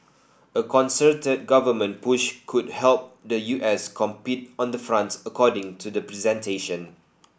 a concerted government push could help the U S compete on the front according to the presentation